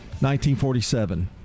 1947